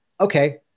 okay